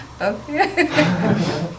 Okay